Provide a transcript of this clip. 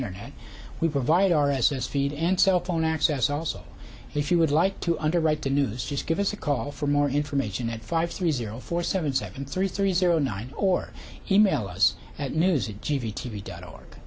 internet we provide r s s feed and cell phone access also if you would like to underwrite the news just give us a call for more information at five three zero four seven seven three three zero nine or e mail us at news and g v t v dot org